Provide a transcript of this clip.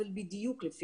אבל בדיוק.